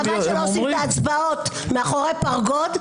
וחבל שלא עושים את ההצבעות מאחורי פרגוד,